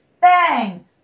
bang